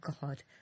God